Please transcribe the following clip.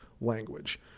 language